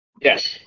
Yes